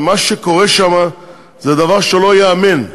ומה שקורה שם זה דבר שלא ייאמן.